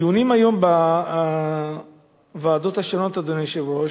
הדיונים היום בוועדות השונות, אדוני היושב-ראש,